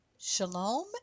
Shalom